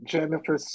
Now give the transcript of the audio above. Jennifer